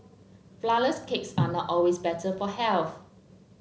flourless cakes are not always better for health